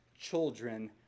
children